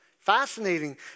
Fascinating